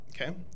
Okay